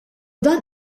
dan